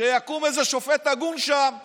שיקום איזה שופט הגון שם ויאמר: